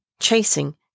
Chasing